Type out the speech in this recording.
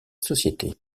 société